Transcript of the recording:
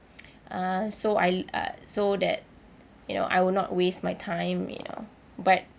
uh so I uh so that you know I will not waste my time you know but